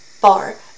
bar